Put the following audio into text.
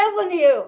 revenue